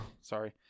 Sorry